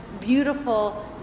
beautiful